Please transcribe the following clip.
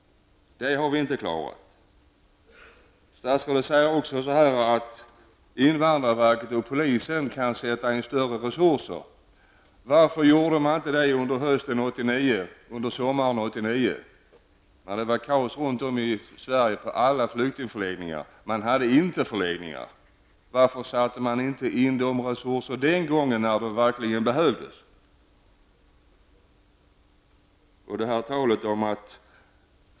Det har vi inte klarat. Statsrådet säger att invandrarverket och polisen kan sätta in större resurser. Varför gjorde de inte det under sommaren och hösten 1989, när det var kaos runt om i Sverige på alla flyktingförläggningar. Det fanns inte tillräckligt med flyktingförläggningar. Varför satte man inte in dessa resurser den gången när det verkligen behövdes?